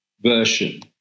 version